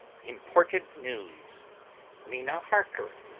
important news mina harker.